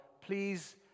please